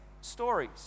stories